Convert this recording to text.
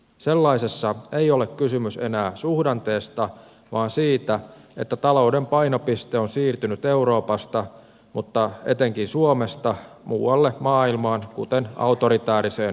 sellaisessa ei ole kysymys enää suhdanteesta vaan siitä että talouden painopiste on siirtynyt euroopasta mutta etenkin suomesta muualle maailmaan kuten autoritääriseen kaukoitään